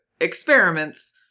experiments